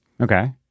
Okay